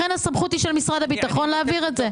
לכן הסמכות היא של משרד הביטחון להבהיר את זה.